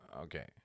Okay